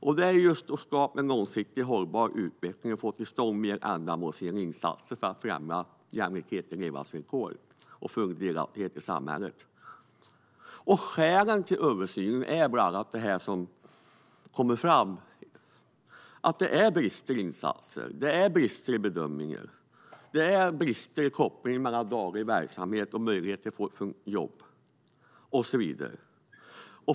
Syftet är skapa långsiktigt hållbar utveckling och att få till stånd mer ändamålsenliga insatser för att främja jämlikhet i levnadsvillkor och full delaktighet i samhället. Skälen till översynen är bland annat det som har kommit fram, att det brister i insatser, brister i bedömningen, brister i kopplingen mellan daglig verksamhet och möjlighet till jobb och så vidare.